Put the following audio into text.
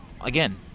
again